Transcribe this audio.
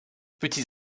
petits